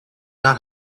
not